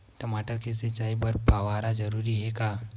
टमाटर के सिंचाई बर फव्वारा जरूरी हे का?